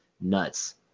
nuts